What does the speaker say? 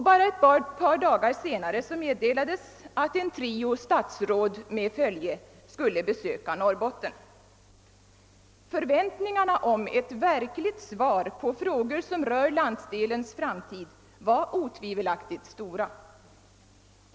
Bara ett par dagar senare meddelades att en trio statsråd med följe skulle besöka Norrbotten. Förväntningarna på ett ordentligt svar på frågor som rör landsdelens framtid var otvivelaktigt stora.